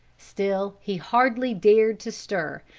still he hardly dared to stir,